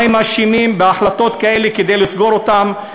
מה הם אשמים בהחלטות כאלה כדי לסגור אותם?